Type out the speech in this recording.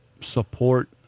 support